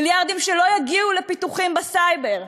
מיליארדים שלא יגיעו לפיתוחים בסייבר,